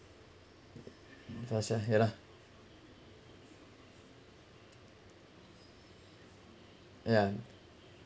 yeah lah yeah